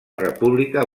república